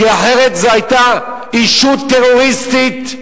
אחרת זו היתה ישות טרוריסטית.